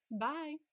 Bye